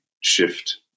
shift